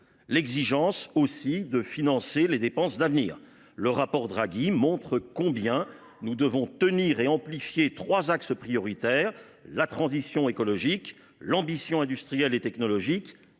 l’exigence, aussi, de financer les dépenses d’avenir. Le rapport Draghi montre combien nous devons axer notre politique sur trois axes prioritaires : la transition écologique, l’ambition industrielle et technologique